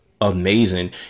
amazing